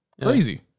Crazy